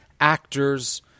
actors